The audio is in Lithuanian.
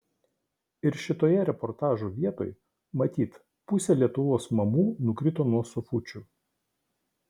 ir šitoje reportažo vietoj matyt pusė lietuvos mamų nukrito nuo sofučių